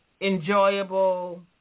enjoyable